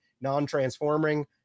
non-transforming